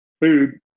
food